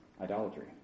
idolatry